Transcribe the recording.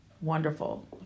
Wonderful